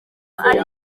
ari